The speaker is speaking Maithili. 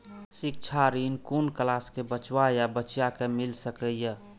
शिक्षा ऋण कुन क्लास कै बचवा या बचिया कै मिल सके यै?